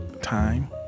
time